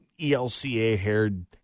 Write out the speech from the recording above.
ELCA-haired